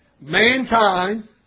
mankind